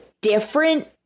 different